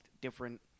different –